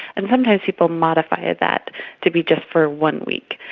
and sometimes people modify ah that to be just for one week.